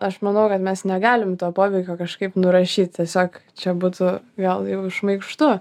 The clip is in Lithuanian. aš manau kad mes negalim to poveikio kažkaip nurašyt tiesiog čia būtų gal jau šmaikštu